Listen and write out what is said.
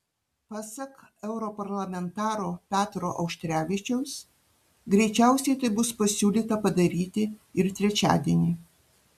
pasak europarlamentaro petro auštrevičiaus greičiausiai tai bus pasiūlyta padaryti ir trečiadienį